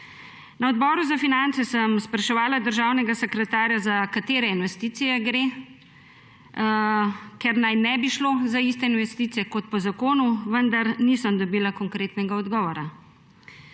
Na Odboru za finance sem spraševala državnega sekretarja, za katere investicije gre, ker naj ne bi šlo za iste investicije kot po zakonu, vendar nisem dobila konkretnega odgovora.